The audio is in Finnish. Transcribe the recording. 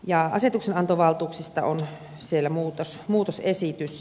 asetuksenantovaltuuksista on siellä muutosesitys